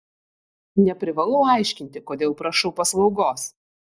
neprivalau aiškinti kodėl prašau paslaugos